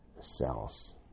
cells